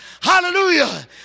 Hallelujah